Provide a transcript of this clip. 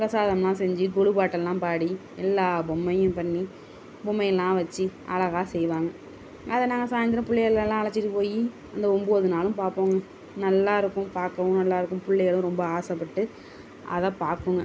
பிரசாதம்லாம் செஞ்சு கொலுப்பாட்டெல்லாம் பாடி எல்லா பொம்மையும் பண்ணி பொம்மையெல்லாம் வச்சு அழகாக செய்வாங்க அதை நாங்கள் சாயந்திரம் பிள்ளைகளெல்லாம் அழைச்சிட்டு போய் அந்த ஒன்போது நாளும் பார்ப்போங்க நல்லாயிருக்கும் பார்க்கவும் நல்லாயிருக்கும் பிள்ளைகளும் ரொம்ப ஆசைப்பட்டு அதை பார்க்குங்க